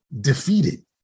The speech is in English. defeated